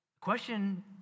question